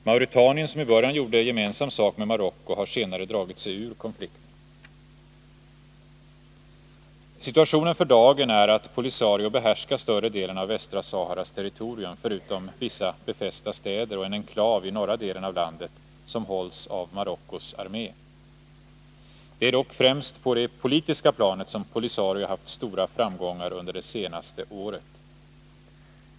Mauretanien, som i början gjorde gemensam sak med Marocko, har senare dragit sig 93 Situationen för dagen är att Polisario behärskar större delen av Västra Saharas territorium förutom vissa befästa städer och en enklav i norra delen av landet som hålls av Marockos armé. Det är dock främst på det politiska planet som Polisario haft stora framgångar under det senaste året.